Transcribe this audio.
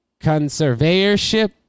Conservatorship